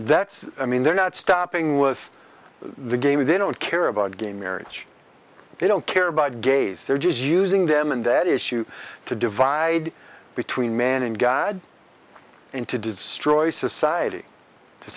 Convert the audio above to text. that's i mean they're not stopping with the game they don't care about gay marriage they don't care about gays they're just using them in that issue to divide between man and god into destroy society to